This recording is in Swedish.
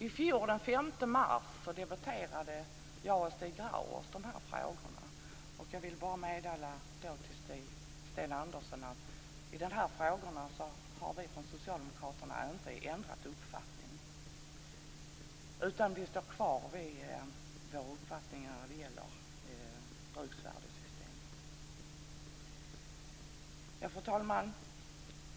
I fjol den 5 mars debatterade jag och Stig Grauers dessa frågor, och jag vill meddela Sten Andersson att vi från Socialdemokraterna inte har ändrat uppfattning utan står kvar vid vår uppfattning när det gäller bruksvärdessystemet. Fru talman!